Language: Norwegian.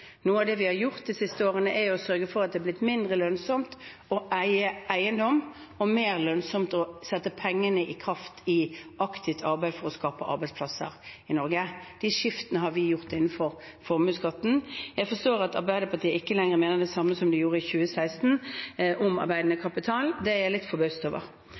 Noe av det vi har gjort de siste årene, er å sørge for at det har blitt mindre lønnsomt å eie eiendom, og mer lønnsomt å sette pengene i kraft i aktivt arbeid for å skape arbeidsplasser i Norge. De skiftene har vi gjort innenfor formuesskatten. Jeg forstår at Arbeiderpartiet ikke lenger mener det samme som de gjorde i 2016 om arbeidende kapital. Det er jeg litt forbauset over.